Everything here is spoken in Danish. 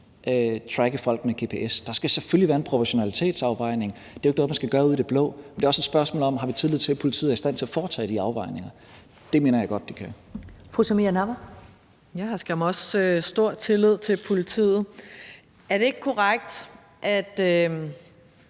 tracke folk med gps. Der skal selvfølgelig være en proportionalitetsafvejning. Det er jo ikke noget, man skal gøre ud af det blå, men det er også et spørgsmål om: Har vi tillid til, at politiet er i stand til at foretage de afvejninger? Det mener jeg godt de kan. Kl. 14:28 Første næstformand (Karen Ellemann): Fru